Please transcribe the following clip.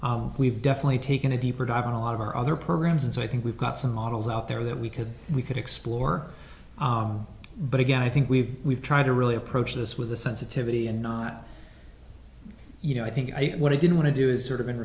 we've definitely taken a deeper dive on a lot of our other programs and so i think we've got some models out there that we could we could explore but again i think we've we've tried to really approach this with a sensitivity and not you know i think i think what i did want to do is sort of in